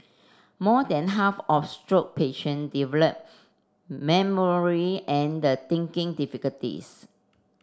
more than half of stroke patient develop memory and the thinking difficulties